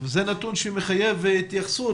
זה נתון שמחייב התייחסות.